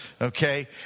okay